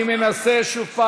אני מנסה שוב.